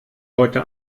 heute